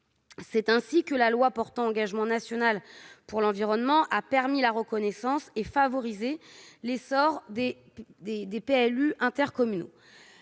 C'est ainsi que la loi portant engagement national pour l'environnement a permis la reconnaissance et favorisé l'essor des PLU intercommunaux.